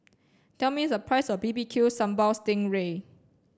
tell me the price of B B Q Sambal Sting Ray